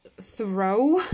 throw